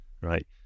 right